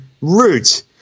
root